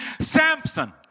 Samson